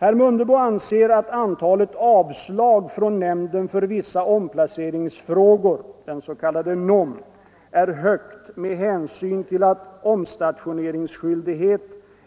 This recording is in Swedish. Herr Mundebo anser att antalet avslag från nämnden för vissa omplaceringsfrågor är högt med hänsyn till att omstationeringsskyldighet